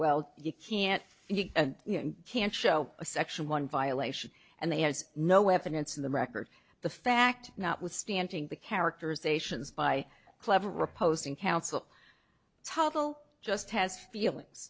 well you can't you can't show a section one violation and they have no evidence in the record the fact notwithstanding the characterizations by clever reposing counsel total just has feelings